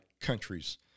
countries